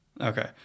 Okay